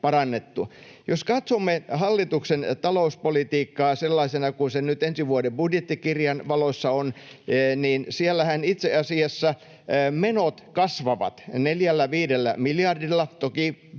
Jos katsomme hallituksen talouspolitiikkaa sellaisena kuin se nyt ensi vuoden budjettikirjan valossa on, niin siellähän itse asiassa menot kasvavat 4—5 miljardilla.